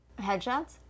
Headshots